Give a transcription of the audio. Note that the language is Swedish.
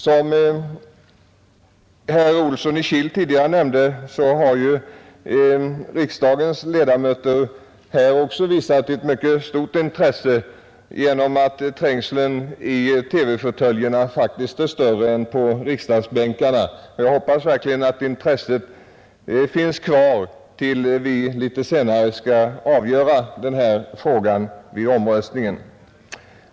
Som herr Olsson i Kil tidigare nämnde, har riksdagens ledamöter också visat ett mycket stort intresse. Trängseln är större i TV-fåtöljerna än i plenisalens bänkar. Jag hoppas verkligen att intresset finns kvar tills vi litet senare skall avgöra den här frågan vid omröstningen.